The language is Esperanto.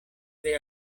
tre